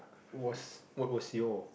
was what was your